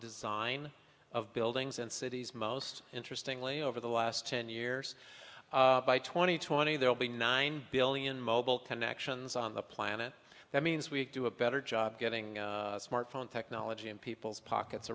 design of buildings and cities most interestingly over the last ten years by twenty twenty there will be nine billion mobile connections on the planet that means we do a better job getting smart phone technology in people's pockets